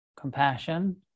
compassion